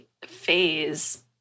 Phase